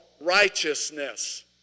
righteousness